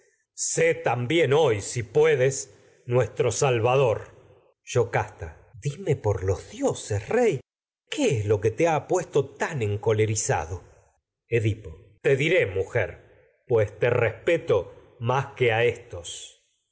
sé también hoy si pue des nuestro salvador yocasta te dime por los dioses rey qué es lo que ha puesto tan encolerizado tragedias de sófocles edipo te diré mujer pues te respeto más que a éstos